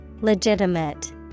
Legitimate